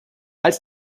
als